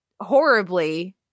horribly